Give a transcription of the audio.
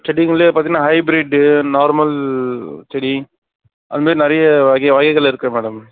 செடிங்கள்லேயே பார்த்தின்னா hybrid normal செடி அது மாரி நிறைய வகை வகைகள் இருக்குது மேடம்